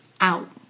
Out